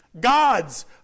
God's